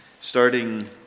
starting